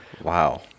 Wow